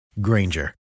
Granger